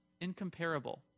incomparable